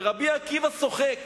ורבי עקיבא שוחק.